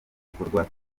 gikorwa